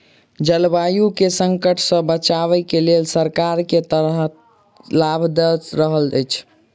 जलवायु केँ संकट सऽ बचाबै केँ लेल सरकार केँ तरहक लाभ दऽ रहल छै?